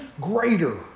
greater